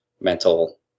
mental